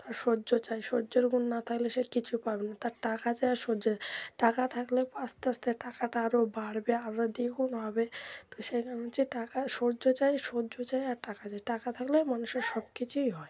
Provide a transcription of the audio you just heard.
তার সহ্য চাই সহ্যর গুণ না থাকলে সে কিছুই পাবে না তার টাকা চাই আর সহ্য চাই টাকা থাকলে আস্তে আস্তে টাকাটা আরও বাড়বে আরও দ্বিগুণ হবে তো সেই কারণ হচ্ছে টাকা সহ্য চাই সহ্য চাই আর টাকা চাই টাকা থাকলে মানুষের সব কিছুই হয়